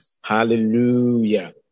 Hallelujah